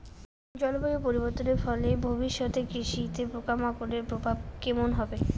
জলবায়ু পরিবর্তনের ফলে ভবিষ্যতে কৃষিতে পোকামাকড়ের প্রভাব কেমন হবে?